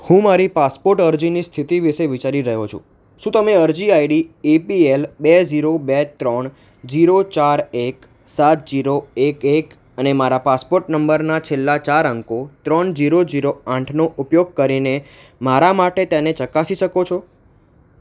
હું મારી પાસપોર્ટ અરજીની સ્થિતિ વિશે વિચારી રહ્યો છું શું તમે અરજી આઈડી એપીએલ બે ઝીરો બે ત્રણ જીરો ચાર એક સાત જીરો એક એક અને મારા પાસપોટ નંબરના છેલ્લા ચાર અંકો ત્રણ જીરો જીરો આઠનો ઉપયોગ કરીને મારા માટે તેને ચકાસી શકો છો